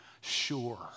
sure